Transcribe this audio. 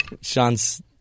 sean's